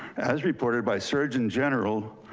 as reported by surgeon general,